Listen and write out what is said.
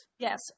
Yes